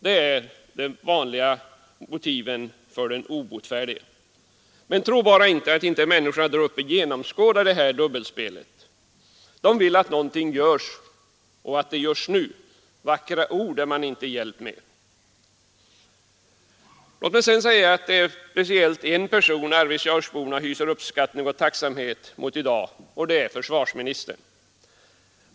Det är de vanliga motiven för den obotfärdige. Men tro bara inte att inte människorna där uppe genomskådar det här dubbelspelet. De vill att någonting görs och att det görs nu. Vackra ord är man inte hjälpt med. Låt mig sedan säga att det är speciellt en person Arvidsjaurborna hyser uppskattning och tacksamhet mot i dag, och det är försvarsministern.